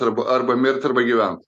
arba arba mirt arba gyvent